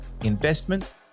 investments